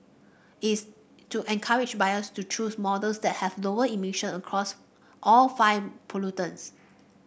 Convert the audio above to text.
it's to encourage buyers to choose models that have lower emission across all five pollutants